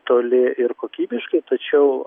toli ir kokybiškai tačiau